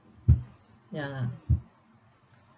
ya lah